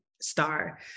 star